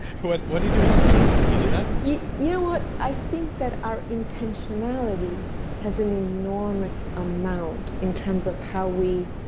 what what do you do in those cases? can you do that? you you know what? i think that our intentionality has an enormous amount in terms of how we.